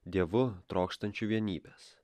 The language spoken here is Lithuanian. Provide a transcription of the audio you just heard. dievu trokštančiu vienybės